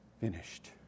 Finished